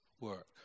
work